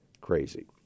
crazy